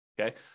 Okay